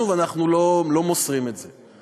זה שלנו ואנחנו לא מוסרים את זה.